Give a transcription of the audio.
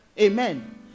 Amen